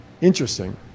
Interesting